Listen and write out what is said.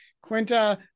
Quinta